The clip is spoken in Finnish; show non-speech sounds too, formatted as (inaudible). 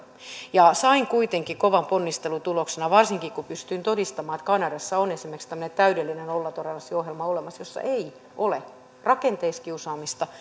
ja sain kuitenkin kovan ponnistelun tuloksena varsinkin kun pystyin todistamaan että kanadassa on esimerkiksi tämmöinen täydellinen nollatoleranssiohjelma olemassa ja siellä ei ole rakenteissa kiusaamista (unintelligible)